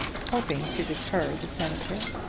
hoping to deter the senator.